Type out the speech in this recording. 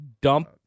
dump